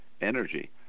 energy